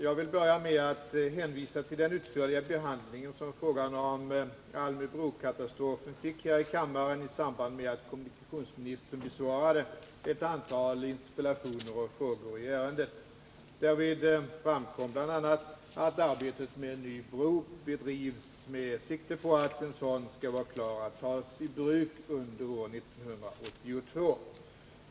Jag vill börja med att hänvisa till den utförliga behandling som frågan om Almöbrokatastrofen fick här i kammaren i samband med att kommunikationsministern besvarade ett antal interpellationer och frågor i ärendet. Därvid framkom bl.a. att arbetet med en ny bro bedrivs med sikte på att en sådan kan vara klar att tas i bruk under år 1982.